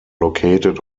located